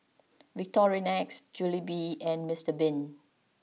Victorinox Jollibee and Mister bean